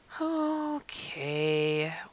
Okay